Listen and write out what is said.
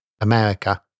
America